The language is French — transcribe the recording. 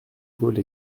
gaulle